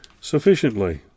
sufficiently